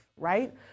right